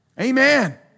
Amen